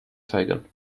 zeigen